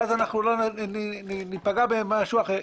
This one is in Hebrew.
ואז אנחנו ניפגע במשהו אחר.